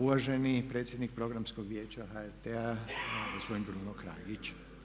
Uvaženi predsjednik programskog vijeća HRT-a gospodin Bruno Kraljić.